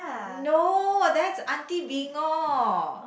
no that's aunty